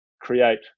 create